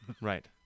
Right